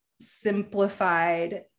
simplified